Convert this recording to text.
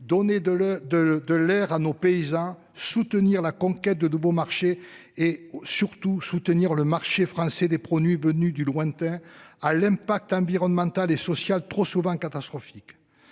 de, de l'air à nos paysans soutenir la conquête de nouveaux marchés et surtout soutenir le marché français des produits venus du lointain. Ah l'aime pas qu'environnemental et social trop souvent catastrophique.